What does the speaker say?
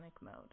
mode